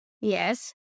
Yes